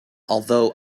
although